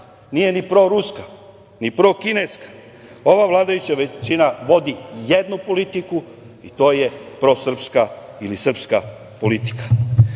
nije ni proruska, ni prokineska, ova vladajuća većina vodi jednu politiku i to je prosrpska ili srpska politika. Imamo